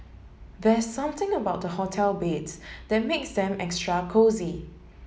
there's something about the hotel beds that makes them extra cosy